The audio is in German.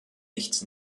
nichts